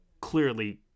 clearly